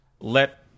let